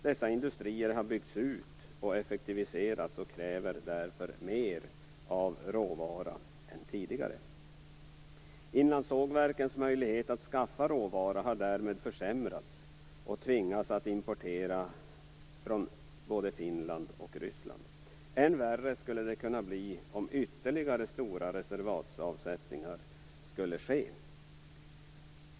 Dessa industrier har byggts ut och effektiviserats och kräver därför mer av råvara än tidigare. Inlandssågverkens möjlighet att skaffa råvara har därmed försämrats. De tvingas att importera från både Finland och Ryssland. Än värre skulle det kunna bli om ytterligare stora reservatsavsättningar skulle ske.